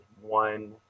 one